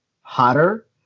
hotter